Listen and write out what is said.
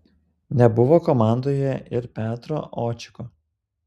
nebuvo komandoje ir petro očiko